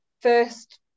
First